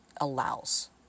allows